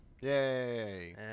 Yay